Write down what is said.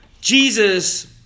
Jesus